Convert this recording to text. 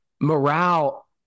morale